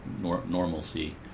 normalcy